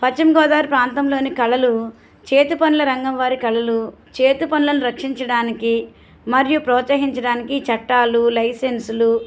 పశ్చిమగోదావరి ప్రాంతంలోని కళలు చేతిపనుల రంగం వారి కళలు చేతిపనులను రక్షించడానికి మరియు ప్రోత్సహించడానికి చట్టాలు లైసెన్సులు